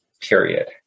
period